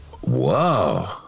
Whoa